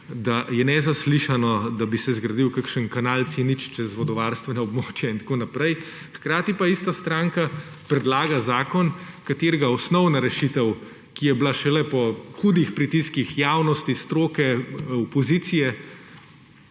da je nezaslišano, da bi se zgradil kakšen kanal C0 čez vodovarstveno območje itd. Hkrati pa ista stranka predlaga zakon, katerega osnovna rešitev, ki je bila šele po hudih pritiskih javnosti, stroke, opozicije